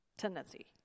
tendency